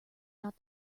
not